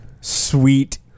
sweet